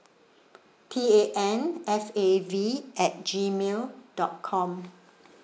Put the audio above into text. t a n f a v at gmail dot com